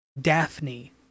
Daphne